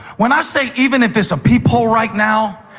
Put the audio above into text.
when i say, even if it's a peephole right now,